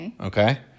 Okay